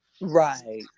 right